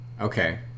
Okay